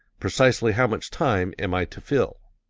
precisely how much time am i to fill?